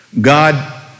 God